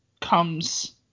comes